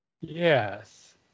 Yes